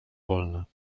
wolne